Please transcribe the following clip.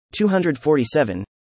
247